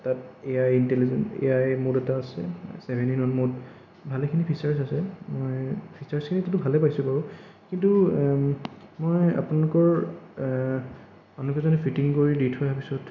তাত A I intelligent A I mood এটা আছে ভালেখিনি ফিচাৰ্ছ আছে মই ফিচাৰ্ছখিনি কিন্তু ভালে পাইছোঁ বাৰু কিন্তু মই আপোনালোকৰ মানুহ কেইজনে ফিটিং কৰি দি থৈ অহা পিছত